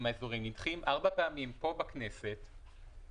האזוריים נדחים ארבע פעמים פה בכנסת היא קשה.